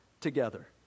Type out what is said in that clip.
together